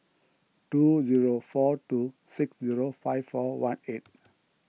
two zero four two six zero five four one eight